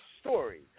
story